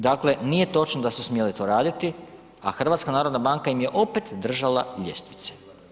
Dakle, nije točno da su smjele to raditi, a HNB im je opet držala ljestvice.